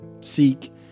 Seek